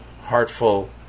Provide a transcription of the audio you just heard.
heartful